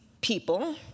people